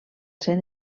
ser